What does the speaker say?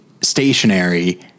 stationary